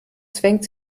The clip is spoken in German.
zwängt